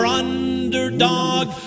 underdog